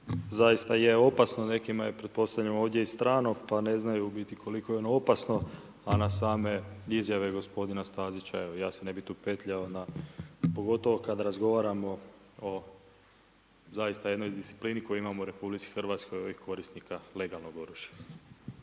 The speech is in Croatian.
zaista je opasno, a nekima je ovdje i strano pa ne znaju u biti koliko je ono opasno, a na same izjave gospodina Stazića evo ja se ne bi tu petljao pogotovo kada razgovaramo o zaista jednoj disciplini koju imamo u Republici Hrvatskoj ovih korisnika legalnog oružja.